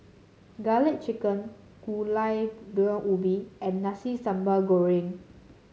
garlic chicken Gulai Daun Ubi and Nasi Sambal Goreng